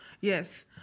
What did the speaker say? Yes